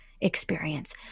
experience